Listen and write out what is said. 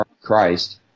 Christ